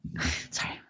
Sorry